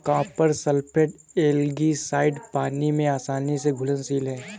copper sulphate algicide पानी में आसानी से घुलनशील है